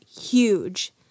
huge